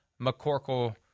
McCorkle